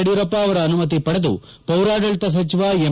ಯಡಿಯೂರಪ್ಪ ಅವರ ಅನುಮತಿ ಪಡೆದು ಪೌರಾಡಳಿತ ಸಚಿವ ಎಂ